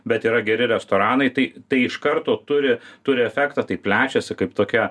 bet yra geri restoranai tai tai iš karto turi turi efektą tai plečiasi kaip tokia